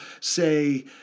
say